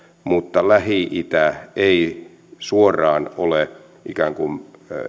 mutta lähi itä ei suoraan ole ikään kuin